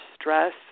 stress